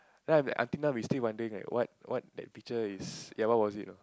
I'm like until now we still wondering right what what that picture is ya what was it you know